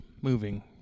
moving